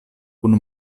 kun